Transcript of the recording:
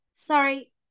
sorry